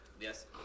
Yes